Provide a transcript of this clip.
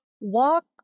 walk